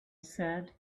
said